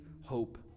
hope